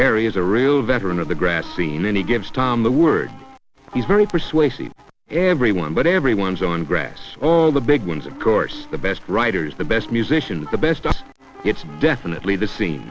is a real veteran of the grass scene many gives tom the word he's very persuasive everyone but everyone's on grass all the big ones of course the best writers the best musicians the best it's definitely the scene